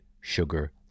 sugar